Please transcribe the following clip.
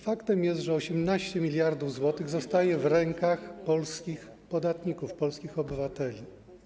Faktem jest, że 18 mld zł zostaje w rękach polskich podatników, polskich obywateli.